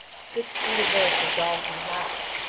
six feet of earth is all he has,